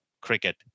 cricket